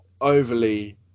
overly